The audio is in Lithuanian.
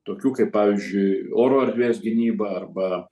tokių kaip pavyzdžiui oro erdvės gynyba arba